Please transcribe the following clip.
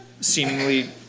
Seemingly